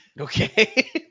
Okay